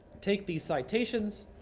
take these citations,